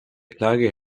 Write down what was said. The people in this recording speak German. klage